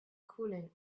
cooling